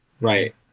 Right